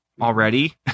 already